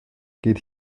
geht